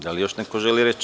Da li još neko želi reč?